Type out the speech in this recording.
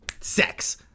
Sex